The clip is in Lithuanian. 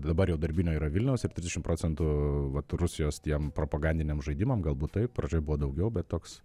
dabar jau darbinio yra vilniaus ir trisdešim procentų vat rusijos tiem propagandiniam žaidimam galbūt taip pradžioj buvo daugiau bet toks